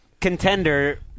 contender